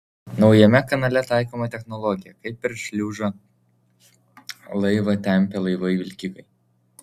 naujame kanale taikoma technologija kai per šliuzą laivą tempia laivai vilkikai